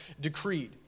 decreed